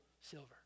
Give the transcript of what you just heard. silver